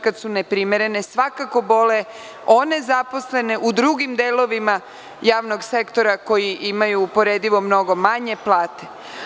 Kada su neprimerene svakako bole one zaposlene u drugim delovima javnog sektora koji imaju neuporedivo mnogo manje plate.